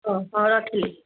ହଉ ହଉ ରଖିଲି